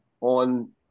on